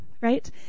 Right